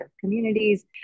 communities